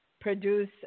produce